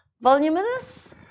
voluminous